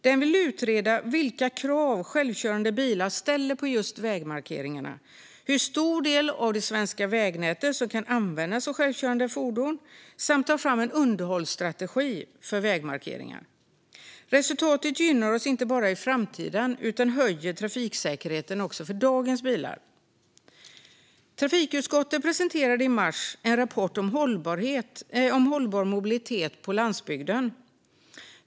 Den vill utreda vilka krav självkörande bilar ställer på vägmarkeringarna och hur stor del av det svenska nätet som kan användas av självkörande fordon samt ta fram en underhållsstrategi för vägmarkeringar. Resultatet gynnar oss inte bara i framtiden utan höjer också trafiksäkerheten för dagens bilar. Trafikutskottet presenterade i mars en rapport om hållbar mobilitet på landsbygden.